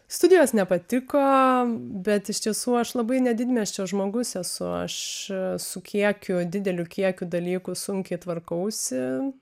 studijos nepatiko bet iš tiesų aš labai nedidmiesčio žmogus esu aš su kiekiu dideliu kiekiu dalykų sunkiai tvarkausi